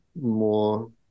more